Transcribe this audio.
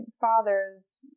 father's